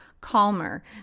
Calmer